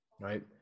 Right